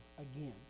again